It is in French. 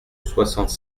soixante